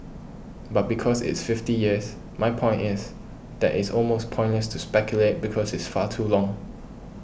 but because it's fifty years my point is that it's almost pointless to speculate because it's far too long